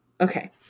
Okay